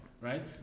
right